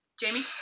Jamie